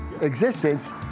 existence